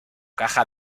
caja